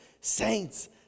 saints